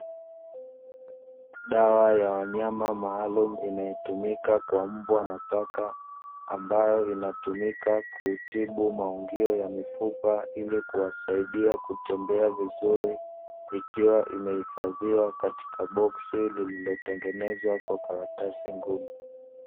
Dawa ya wanyama maalumu inayotumika kwa mbwa na paka, ambayo inatumika kutibu maungio ya mifupa ili kuwasaidia kutembea vizuri, ikiwa imehifadhiwa katika boksi lililotengenzwa kwa karatasi ngumu.